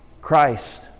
Christ